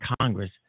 Congress